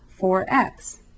4x